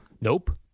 Nope